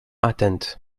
atteintes